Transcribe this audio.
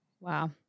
Wow